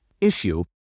issue